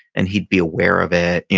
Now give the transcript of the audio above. and he'd be aware of it.